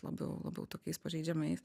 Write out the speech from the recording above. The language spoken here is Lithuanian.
labiau labiau tokiais pažeidžiamais